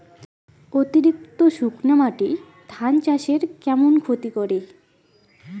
অতিরিক্ত শুকনা মাটি ধান চাষের কেমন ক্ষতি করে?